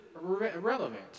relevant